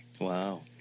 Wow